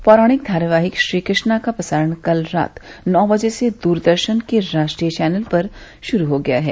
पौराणिक धारावाहिक श्री कृष्णा का प्रसारण कल रात नौ बजे से द्रदर्शन के राष्ट्रीय चैनल पर शुरू हो गया है